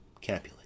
Capulet